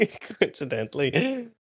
coincidentally